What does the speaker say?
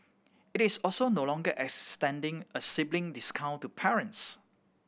it is also no longer extending a sibling discount to parents